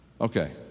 Okay